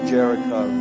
Jericho